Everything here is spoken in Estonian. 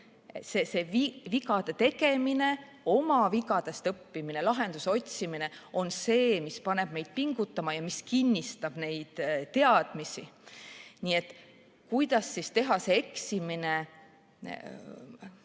Vigade tegemine, oma vigadest õppimine ja lahenduse otsimine on see, mis paneb meid pingutama ja mis kinnistab teadmisi. Nii et kuidas teha eksimine